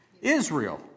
Israel